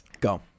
go